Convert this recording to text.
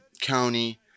county